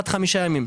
עד חמישה ימים.